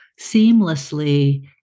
seamlessly